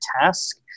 task